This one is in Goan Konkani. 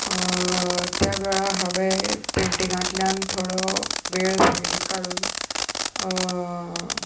त्या वेळार हांवें पेंटिंगांतल्यान थोडो वेळ सायडीक काडून